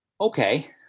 okay